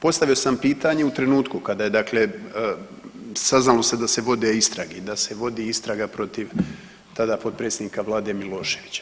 Postavio sam pitanje u trenutku kada je dakle saznalo se da se vode istrage, da se vodi istraga protiv tada potpredsjednika vlade Miloševića.